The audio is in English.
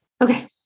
Okay